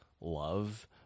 love